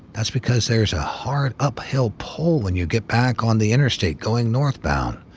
that's because there's a hard up-hill pull when you get back on the interstate going north-bound,